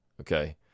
okay